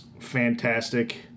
fantastic